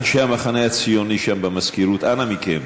אנשי המחנה הציוני שם במזכירות, אנא מכם,